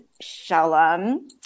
Shalom